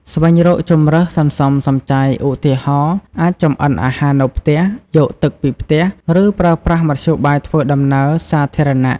ស្វែងរកជម្រើសសន្សំសំចៃ ឧទាហរណ៍ អាចចម្អិនអាហារនៅផ្ទះ យកទឹកពីផ្ទះ ឬប្រើប្រាស់មធ្យោបាយធ្វើដំណើរសាធារណៈ។